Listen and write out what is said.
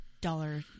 dollar